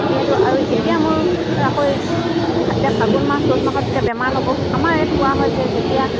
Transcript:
যিহেতু আৰু এতিয়া মোৰ আকৌ এই এতিয়া ফাগুন মাহ চ'ত মাহত এতিয়া বেমাৰ হ'ব আমাৰ ইয়াত কোৱা হয় যে যেতিয়া